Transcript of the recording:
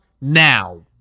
Now